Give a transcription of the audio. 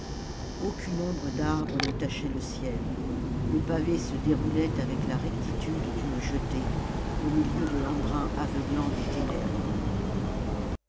aucune ombre d'arbre ne tachait le ciel le pavé se déroulait avec la rectitude d'une jetée au milieu de l'embrun aveuglant des ténèbres